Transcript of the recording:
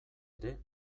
ere